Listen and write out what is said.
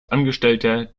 angestellter